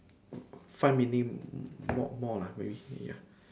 five minute more lah maybe ya